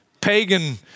pagan